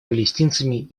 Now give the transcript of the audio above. палестинцами